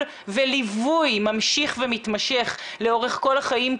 וליווי ממשיך ומתמשך לאורך כל החיים,